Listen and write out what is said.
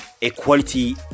equality